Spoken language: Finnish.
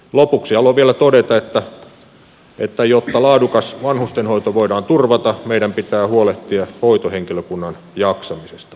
lopuksi haluan vielä todeta että jotta laadukas vanhustenhoito voidaan turvata meidän pitää huolehtia hoitohenkilökunnan jaksamisesta